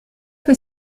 que